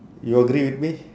you agree with me